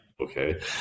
okay